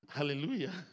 Hallelujah